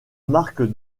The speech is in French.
marque